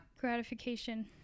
gratification